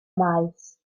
maes